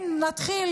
נתחיל